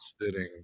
sitting